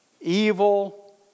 evil